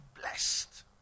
blessed